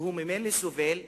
שממילא סובל מעוני,